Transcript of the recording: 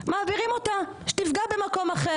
במדריכות חינוכיות.